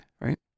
right